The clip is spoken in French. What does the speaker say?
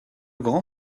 grand